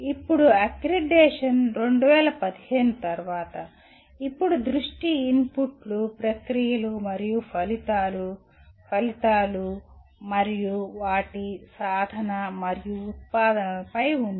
ఇప్పుడు అక్రిడిటేషన్ 2015 తర్వాత ఇప్పుడు దృష్టి ఇన్పుట్లు ప్రక్రియలు మరియు ఫలితాలు ఫలితాలు మరియు వాటి సాధన మరియు ఉత్పాదనలపై ఉంది